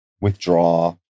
withdraw